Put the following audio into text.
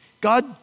God